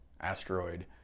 asteroid